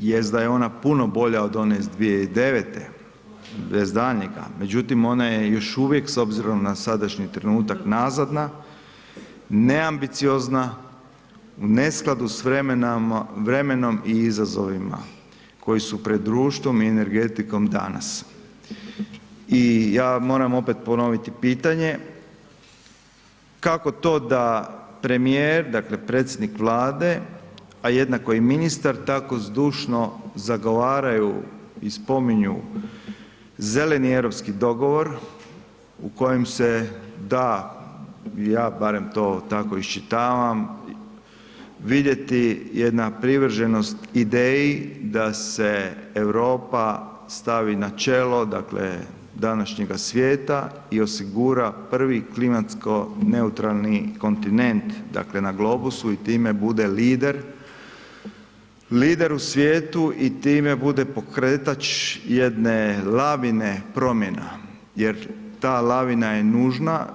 jest da je ona puno bolja od one iz 2009. bez daljnjega, međutim ona je još uvijek s obzirom na sadašnji trenutak, nazadna, neambiciozna, u neskladu s vremenom i izazovima koji su pred društvom i energetikom danas i ja moram opet ponoviti pitanje, kako to da premijer, dakle predsjednik Vlade, a jednako i ministar, tako zdušno zagovaraju i spominju Zeleni europski dogovor u kojem se da ili ja barem to tako iščitavam, vidjeti jedna privrženost ideji da se Europa stavi na čelo današnjega svijeta i osigura prvi klimatsko neutralni kontinent na Globusu i time bude lider u svijetu i time bude pokretač jedne lavine promjena jer ta lavina je nužna.